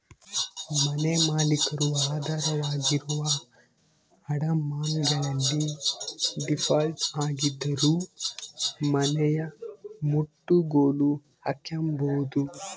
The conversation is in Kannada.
ಮನೆಮಾಲೀಕರು ಆಧಾರವಾಗಿರುವ ಅಡಮಾನಗಳಲ್ಲಿ ಡೀಫಾಲ್ಟ್ ಆಗಿದ್ದರೂ ಮನೆನಮುಟ್ಟುಗೋಲು ಹಾಕ್ಕೆಂಬೋದು